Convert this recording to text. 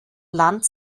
land